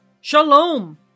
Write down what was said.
Shalom